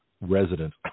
resident